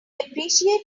appreciate